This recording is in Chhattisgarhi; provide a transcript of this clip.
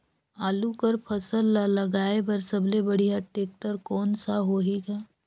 आलू कर फसल ल लगाय बर सबले बढ़िया टेक्टर कोन सा होही ग?